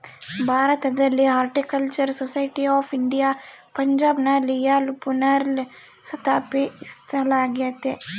ಭಾರತದಲ್ಲಿ horticultural society of India ಪಂಜಾಬ್ನ ಲಿಯಾಲ್ಪುರ್ನಲ್ಲ ಸ್ಥಾಪಿಸಲಾಗ್ಯತೆ